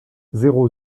zéro